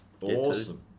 awesome